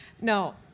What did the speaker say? No